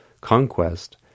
conquest